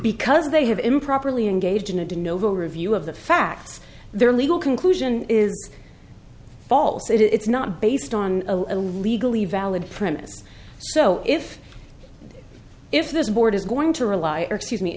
because they have improperly engaged in a dyno review of the facts their legal conclusion is false it's not based on a legally valid premise so if if this board is going to rely excuse me